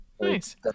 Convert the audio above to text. nice